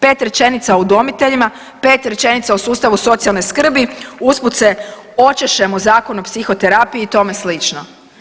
5 rečenica o udomiteljima, 5 rečenica o sustavu socijalne skrbi, usput se očešem o Zakon o psihoterapiji i tome slično.